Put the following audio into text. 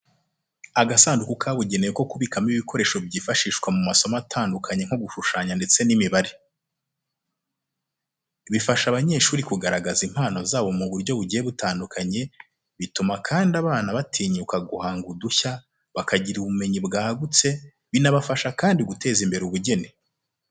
Agasanduku kabugenewe ko kubikamo ibikoresho byifashishwa mu masomo atandukanye nko gushushanya ndetse n'imibare. Bifasha abanyeshuri kugaragaza impano zabo mu buryo bugiye butandukanye, bituma kandi abana batinyuka guhanga udushya, bakagira ubumenyi bwagutse, binabafasha kandi guteza imbere ubugeni.